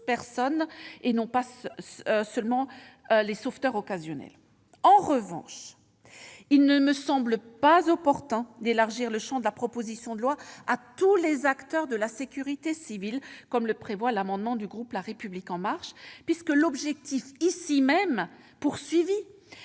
personne, et non pas pour les seuls sauveteurs occasionnels. En revanche, il ne semble pas opportun d'élargir le champ de la proposition de loi à tous les acteurs de la sécurité civile, comme le prévoit l'amendement du groupe La République En Marche, puisque l'objectif est